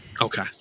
okay